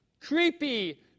creepy